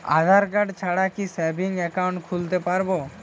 আধারকার্ড ছাড়া কি savings account খুলতে পারব?